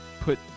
put